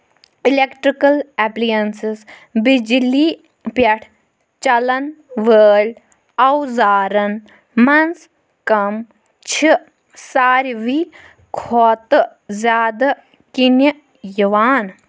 Electrical appliances بِجلی پیٚٹھ چَلن وٲلۍ اوزارن منٛز کم چھِ ساروی کھۄتہٕ زیادٕ کِنہِ یِوان؟